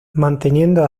manteniendo